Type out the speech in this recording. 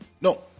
No